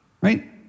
right